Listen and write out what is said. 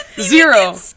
Zero